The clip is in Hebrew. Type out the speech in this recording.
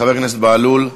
חבר הכנסת בהלול?